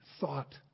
thought